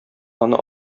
аны